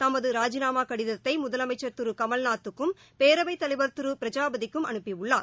தமதுராஜிநாமாகடிதத்தைமுதலமைச்சள் திருகமல்நாத்துக்கும் பேரவைத் தலைவர் திருபிரஜாபதிக்கும் அனுப்பியுள்ளார்